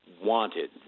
wanted